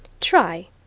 Try